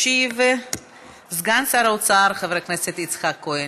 ישיב סגן שר האוצר חבר הכנסת יצחק כהן.